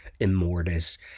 Immortus